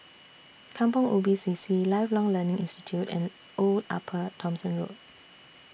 Kampong Ubi C C Lifelong Learning Institute and Old Upper Thomson Road